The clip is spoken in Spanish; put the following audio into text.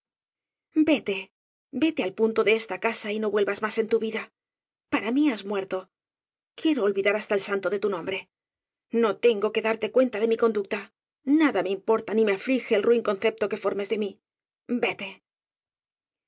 vete vete al punto de esta casa y no vuelvas más en tu vida para mí has muerto quiero olvi dar hasta el santo de tu nombre no tengo que darte cuenta de mi conducta nada me importa ni me aflige el ruin concepto que formes de mí vete